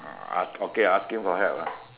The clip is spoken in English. uh okay okay asking for help lah